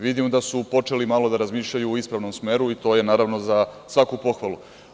Vidim da su počeli malo da razmišljaju o ispravnom smeru i to je naravno za svaku pohvalu.